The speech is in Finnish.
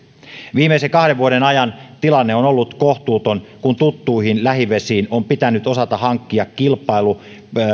viimeisten kahden vuoden ajan tilanne on ollut kohtuuton kun tuttuihin lähivesiin on pitänyt osata hankkia kilpailtu